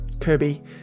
Kirby